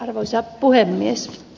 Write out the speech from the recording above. arvoisa puhemies